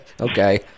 okay